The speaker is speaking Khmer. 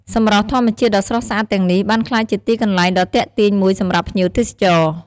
សម្រស់ធម្មជាតិដ៏ស្រស់ស្អាតទាំងនេះ បានក្លាយជាទីកន្លែងដ៏ទាក់ទាញមួយសម្រាប់ភ្ញៀវទេសចរ។